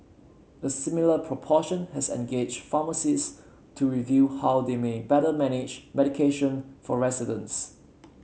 a similar proportion has engaged pharmacists to review how they may better manage medication for residents